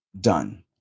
done